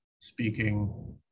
speaking